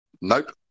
Nope